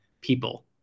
people